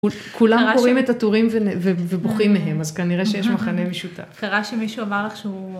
כולם קוראים את הטורים ובוכים מהם, אז כנראה שיש מכנה משותף. קרה שמישהו אמר לך שהוא...